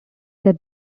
that